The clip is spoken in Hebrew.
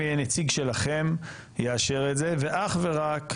עניינים, כי אף אחד לא יודע באמת מה הקשר.